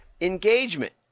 engagement